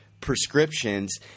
prescriptions